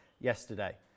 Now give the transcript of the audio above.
yesterday